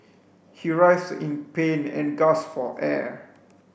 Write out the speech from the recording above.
he writhed in pain and gasped for air